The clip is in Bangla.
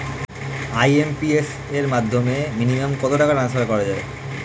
আই.এম.পি.এস এর মাধ্যমে মিনিমাম কত টাকা ট্রান্সফার করা যায়?